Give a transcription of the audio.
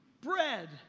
bread